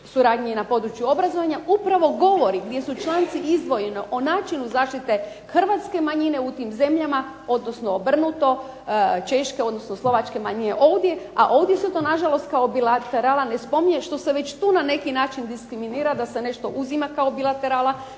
suradnji na području obrazovanja upravo govori gdje su članci izdvojeno o način zaštite Hrvatske manjine u tim zemljama odnosno obrnuto Češke odnosno Slovačke manjine ovdje, a ovdje su to nažalost kao bilaterala ne spominje, što se tu već na neki način diskriminira da se nešto uzima kao bilaterala